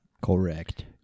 Correct